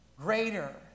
greater